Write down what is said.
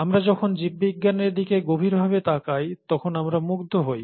আমরা যখন জীববিজ্ঞানের দিকে গভীরভাবে তাকাই তখন আমরা মুগ্ধ হই